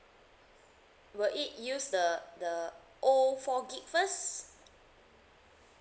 will it use the the old four gig first